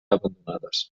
abandonades